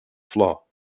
flaw